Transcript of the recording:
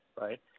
right